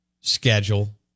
schedule